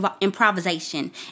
improvisation